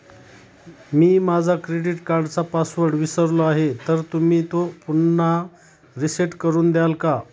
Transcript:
मी माझा क्रेडिट कार्डचा पासवर्ड विसरलो आहे तर तुम्ही तो पुन्हा रीसेट करून द्याल का?